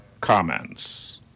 comments